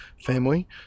family